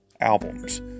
albums